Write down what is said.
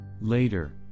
Later